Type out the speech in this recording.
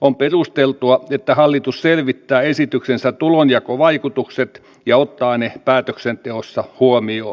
on perusteltua että hallitus selvittää esityksensä tulonjakovaikutukset ja ottaa ne päätöksenteossa huomioon